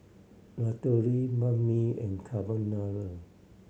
Ratatouille Banh Mi and Carbonara